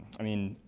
i mean,